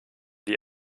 die